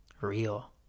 real